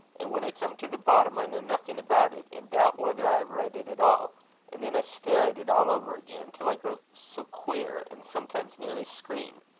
and when i come to the bottom i know nothing about it, and doubt whether i have read it at all and then i stare at it all over again, till i grow so queer, and sometimes nearly scream.